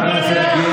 לחיסון?